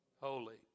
holy